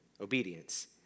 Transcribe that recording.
obedience